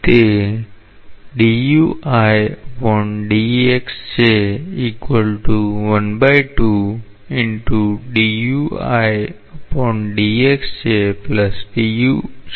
તે છે